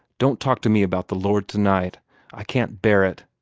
don't talk to me about the lord tonight i can't bear it!